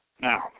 Now